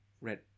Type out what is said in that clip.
red